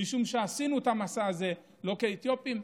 משום שעשינו את המסע הזה לא כאתיופים,